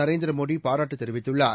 நரேந்திரமோ டிபாராட்டுதெரிவித்துள்ளார்